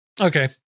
Okay